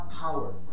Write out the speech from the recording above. power